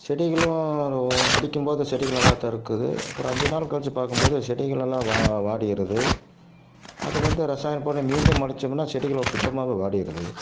செடிகளும் அடிக்கும் போது செடிகள் நல்லா தான் இருக்குது அப்புறம் அஞ்சு நாள் கழிச்சு பார்க்கும் போது செடிகள் எல்லாம் வா வாடிருது அதில் வந்து இரசாயனப்பொருள் மீண்டும் அடிச்சோம்னா செடிகள் சுத்தமாகவே வாடிருது